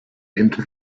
into